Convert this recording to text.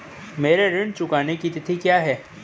मेरे ऋण चुकाने की तिथि क्या है?